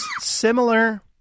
similar